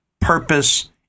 purpose